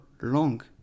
long